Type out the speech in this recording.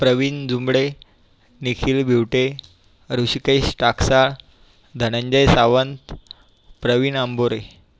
Pravin Jumbade Nikhil Bhivate Rishikesh Taksa Dhananjay Sawant Praveen Ambore